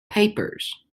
papers